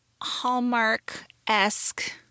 Hallmark-esque